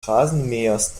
rasenmähers